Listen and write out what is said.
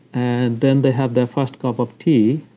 and then they have their first cup of tea,